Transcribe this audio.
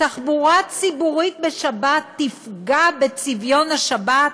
תחבורה ציבורית בשבת תפגע בצביון השבת?